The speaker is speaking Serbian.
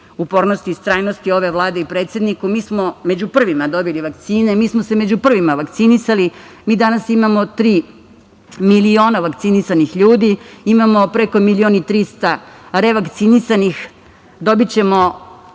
upornosti i istrajnosti ove Vlade i predsednika. Mi smo među prvima dobili vakcine. Mi smo se među prvima vakcinisali. Mi danas imamo tri miliona vakcinisanih ljudi, imamo preko milion i trista revakcinisanih. Dobićemo,